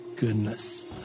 Goodness